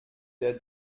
der